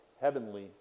heavenly